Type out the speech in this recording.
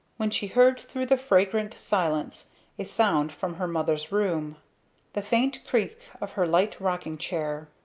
when she heard through the fragrant silence a sound from her mother's room the faint creak of her light rocking chair.